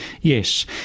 Yes